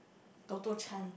Toto-Chan